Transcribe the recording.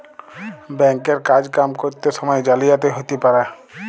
bank এর কাজ কাম ক্যরত সময়ে জালিয়াতি হ্যতে পারে